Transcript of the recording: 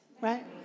right